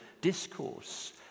discourse